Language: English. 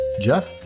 Jeff